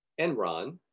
Enron